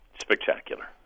Spectacular